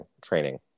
Training